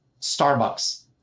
Starbucks